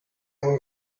were